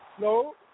No